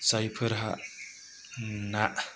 जायफोरहा ना